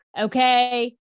okay